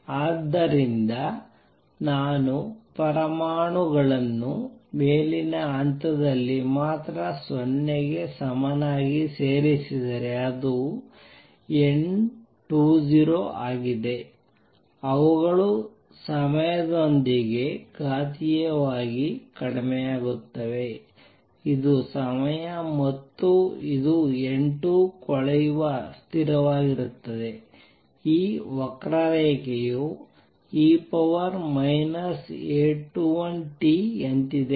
ಆದ್ದರಿಂದ ನಾನು ಪರಮಾಣುಗಳನ್ನು ಮೇಲಿನ ಹಂತದಲ್ಲಿ ಮಾತ್ರ 0 ಗೆ ಸಮನಾಗಿ ಸೇರಿಸಿದರೆ ಅದು N20 ಆಗಿದೆ ಅವುಗಳು ಸಮಯದೊಂದಿಗೆ ಘಾತೀಯವಾಗಿ ಕಡಿಮೆಯಾಗುತ್ತವೆ ಇದು ಸಮಯ ಮತ್ತು ಇದು N2 ಕೊಳೆಯುವ ಸ್ಥಿರವಾಗಿರುತ್ತದೆ ಈ ವಕ್ರರೇಖೆಯು e A21t ಯಂತಿದೆ